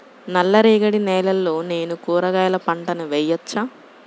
నల్ల రేగడి నేలలో నేను కూరగాయల పంటను వేయచ్చా?